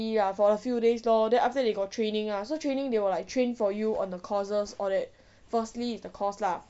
lah for a few days lor then after that they got training lah so training they will like train for you on the courses all that firstly it's the course lah